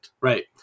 Right